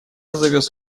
завез